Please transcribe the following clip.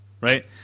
right